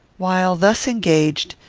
while thus engaged,